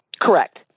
Correct